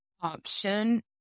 option